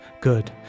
good